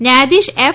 ન્યાયધીશ એફ